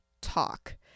talk